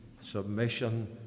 submission